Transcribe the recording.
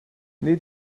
nid